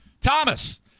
Thomas